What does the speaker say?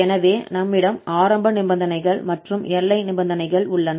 எனவே நம்மிடம் ஆரம்ப நிபந்தனைகள் மற்றும் எல்லை நிபந்தனைகள் உள்ளன